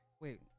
Wait